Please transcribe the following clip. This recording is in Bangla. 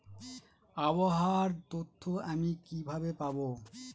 আবহাওয়ার তথ্য আমি কিভাবে পাবো?